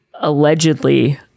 allegedly